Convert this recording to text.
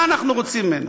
מה אנחנו רוצים ממנו?